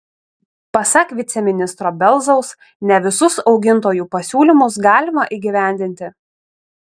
pasak viceministro belzaus ne visus augintojų pasiūlymus galima įgyvendinti